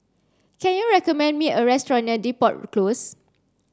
can you recommend me a restaurant near Depot Close